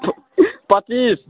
पच्चीस